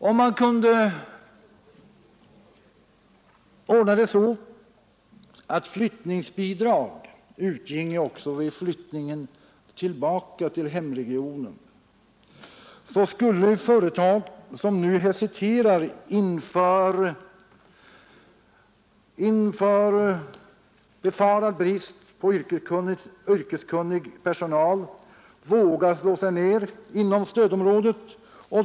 Om man kunde ordna det så att flyttningsbidrag utgick också vid flyttning tillbaka till hemregionen skulle företag som nu hesiterar inför befarad brist på yrkeskunnig personal våga slå sig ned inom stödområdet.